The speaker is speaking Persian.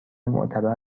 معتبر